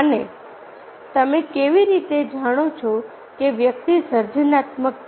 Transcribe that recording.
અને તમે કેવી રીતે જાણો છો કે વ્યક્તિ સર્જનાત્મક છે